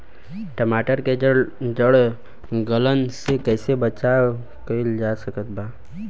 टमाटर के जड़ गलन से कैसे बचाव कइल जा सकत बा?